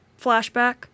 flashback